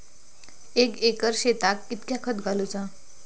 एक एकर शेताक कीतक्या खत घालूचा?